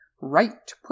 Right